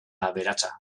aberatsa